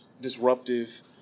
disruptive